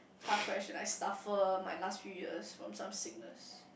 car crash like suffer my last three years from some sickness